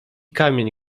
kamień